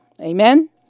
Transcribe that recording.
Amen